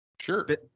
Sure